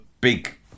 big